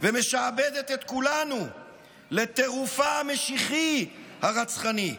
ומשעבדת את כולנו לטירופה המשיחי הרצחני.